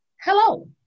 Hello